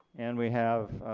and we have